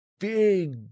Big